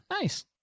nice